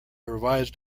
revised